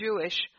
Jewish